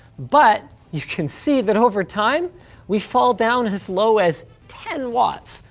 but you can see that over time we fall down as low as ten watts.